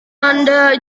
anda